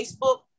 Facebook